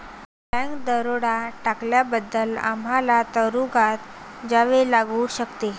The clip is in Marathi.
बँक दरोडा टाकल्याबद्दल आम्हाला तुरूंगात जावे लागू शकते